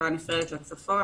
נפרדת לצפון,